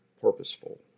purposeful